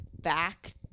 back